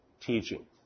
teaching